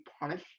punish